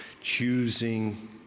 choosing